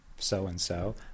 so-and-so